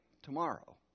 Tomorrow